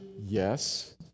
Yes